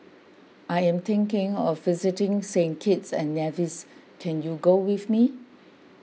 I am thinking of visiting Saint Kitts and Nevis can you go with me